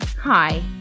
Hi